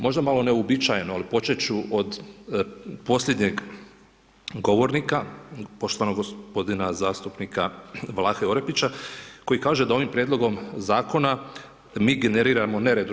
Možda malo neuobičajeno, ali počet ću od posljednjeg govornika, poštovanog g. zastupnika Vlahe Orepića koji kaže da ovim prijedlogom zakona mi generiramo nered u RH.